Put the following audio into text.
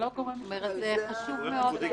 זה חשוב מאוד.